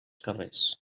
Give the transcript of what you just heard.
carrers